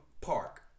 Park